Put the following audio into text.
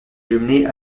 jumelée